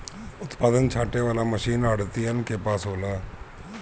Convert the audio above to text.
उत्पादन छाँटे वाला मशीन आढ़तियन के पास होला